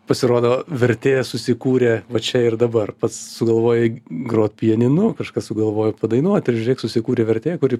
pasirodo vertė susikūrė va čia ir dabar pats sugalvojai grot pianinu kažkas sugalvojo padainuot ir žiūrėk susikūrė vertė kuri